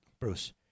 Bruce